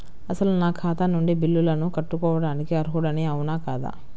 అసలు నా ఖాతా నుండి బిల్లులను కట్టుకోవటానికి అర్హుడని అవునా కాదా?